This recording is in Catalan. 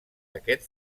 aquest